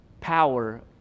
power